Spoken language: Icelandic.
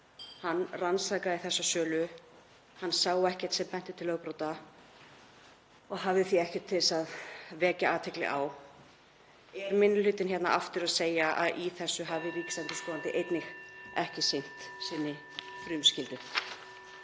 Hann rannsakaði þessa sölu. Hann sá ekkert sem benti til lögbrota og hafði því ekkert til þess að vekja athygli á. Er minni hlutinn hérna aftur að segja að í þessu hafi ríkisendurskoðandi heldur ekki sinnt sinni frumskyldu?